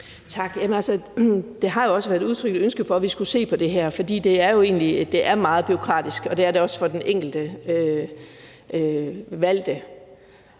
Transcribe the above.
der har jo også været udtrykt et ønske om, at vi skulle se på det her, for det er meget bureaukratisk, og det er det også for den enkelte valgte.